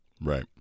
Right